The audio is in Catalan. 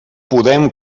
podem